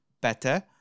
better